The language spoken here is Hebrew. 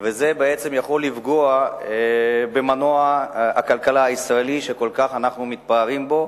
זה יכול לפגוע במנוע הכלכלה הישראלי שאנחנו כל כך מתפארים בו.